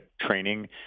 training